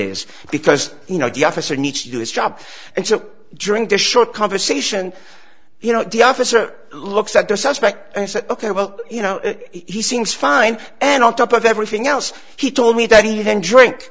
is because you know the officer needs to do his job and during the short conversation you know the officer looks at the suspect and said ok well you know he seems fine and on top of everything else he told me that he didn't drink